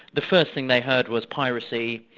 the first thing they heard was piracy,